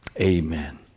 amen